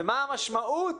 ומה המשמעות